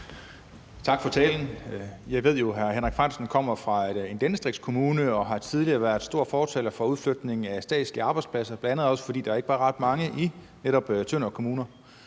Tak for talen. Jeg ved jo, at hr. Henrik Frandsen kommer fra Tønder Kommune og tidligere har været stor fortaler for udflytning af statslige arbejdspladser, bl.a. også fordi der ikke var ret mange i netop Tønder Kommune.